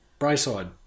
Brayside